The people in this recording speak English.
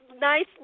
nice